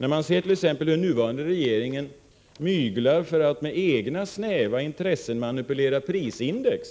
När man ser hur den nuvarande regeringen t.ex. myglar för att med egna, snäva intressen manipulera prisindex,